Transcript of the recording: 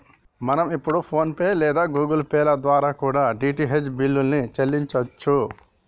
మనం ఇప్పుడు PhonePe లేదా గుగుల్ పే ల ద్వారా కూడా డీ.టీ.హెచ్ బిల్లుల్ని చెల్లించచ్చు